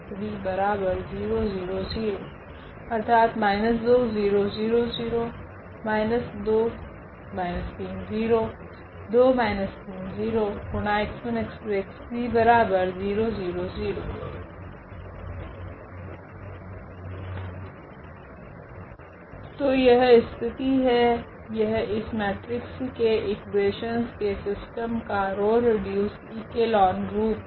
तो यह स्थिति है यह इस मेट्रिक्स के इकुवेशनस के सिस्टम का रॉ रिड्यूसड इक्लोन रूप है